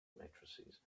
matrices